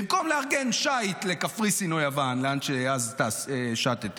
במקום לארגן שיט לקפריסין או יוון, לאן שאז שטתם,